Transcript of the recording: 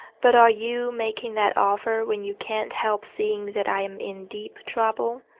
but are you making that offer when you can't help seeing that i'm in deep trouble?